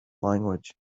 language